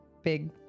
big